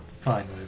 fine